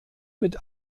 mit